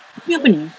ni apa ni